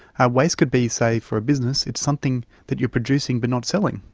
ah waste could be, say, for a business, it's something that you are producing but not selling,